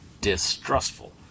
distrustful